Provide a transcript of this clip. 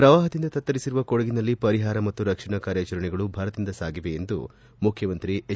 ಪ್ರವಾಹದಿಂದ ತತ್ತರಿಸಿರುವ ಕೊಡಗಿನಲ್ಲಿ ಪರಿಹಾರ ಮತ್ತು ರಕ್ಷಣಾ ಕಾರ್ಯಾಚರಣೆಗಳು ಭರದಿಂದ ಸಾಗಿದೆ ಎಂದು ಮುಖ್ಯಮಂತ್ರಿ ಎಚ್